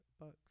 bucks